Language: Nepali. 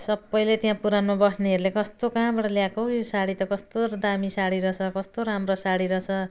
सबैले त्यहाँ पुराणमा बस्नेहरूले कस्तो कहाँबाट ल्याएको हौ यो साडी त कस्तो दामी साडी रहेछ कस्तो राम्रो साडी रहेछ